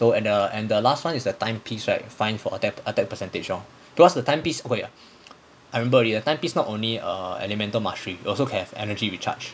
so and the and the last [one] is the time piece right find for attack attack percentage lor cause the timepiece okay I remember already a timepiece is not only a elemental mastery also can have energy recharged